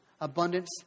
abundance